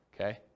Okay